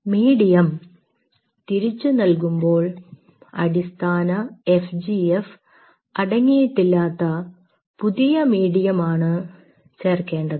medium തിരിച്ചു നൽകുമ്പോൾ അടിസ്ഥാന എഫ് ജി എഫ് അടങ്ങിയിട്ടില്ലാത്ത പുതിയ മീഡിയം ആണ് ചേർക്കേണ്ടത്